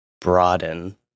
broaden